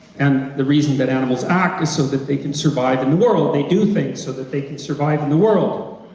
and the reason that animals act is so that they can survive in the world, they do think so that they can survive in the world.